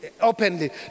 openly